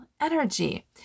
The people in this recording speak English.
energy